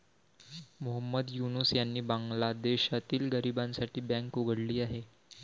मोहम्मद युनूस यांनी बांगलादेशातील गरिबांसाठी बँक उघडली आहे